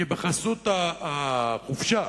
כי בחסות החופשה,